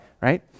right